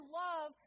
love